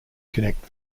connect